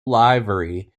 livery